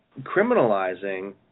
criminalizing